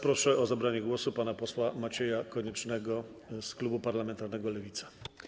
Proszę o zabranie głosu pana posła Macieja Koniecznego, klub parlamentarny Lewica.